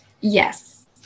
yes